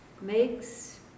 makes